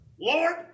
Lord